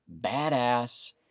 badass